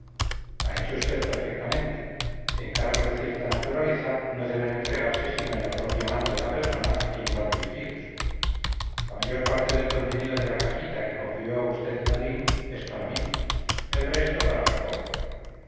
ha hecho usted perfectamente encargos de cierta naturaleza no deben entregarse sino en la propia mano de la persona a quien van dirigidos la mayor parte del contenido de la cajita que confió a usted aline es para mí el resto para jacoba